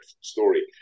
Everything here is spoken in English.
story